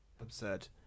Absurd